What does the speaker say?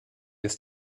ist